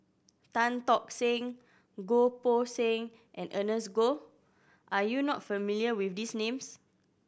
Tan Tock Seng Goh Poh Seng and Ernest Goh are you not familiar with these names